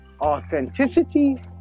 Authenticity